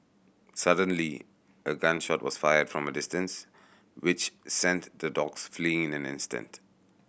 suddenly a gun shot was fired from a distance which sent the dogs fleeing in an instant